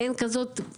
אין כזאת בעולם.